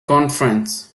conference